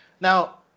Now